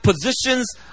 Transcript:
positions